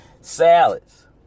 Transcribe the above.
salads